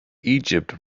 egypt